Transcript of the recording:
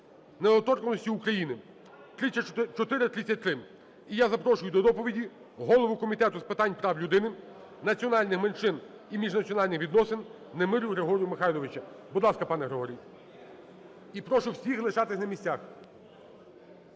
недоторканності України) (3433). І я запрошую до доповіді голову Комітету з питань прав людини, національних меншин і міжнаціональних відносин Немирю Григорія Михайловича. Будь ласка, пане Григорій. І прошу всіх лишатися на місцях.